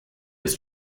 was